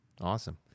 Awesome